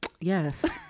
Yes